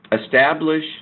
establish